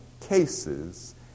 cases